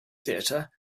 theatre